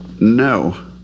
no